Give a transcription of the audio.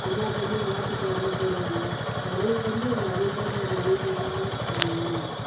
புண்ணாக்கு வந்து மாட்டுக்கு வந்து போடுவாங்க நிறைய வந்து நிறைய பேர் நிறைய இதுதான் வந்து யூஸ் பண்ணுவாங்க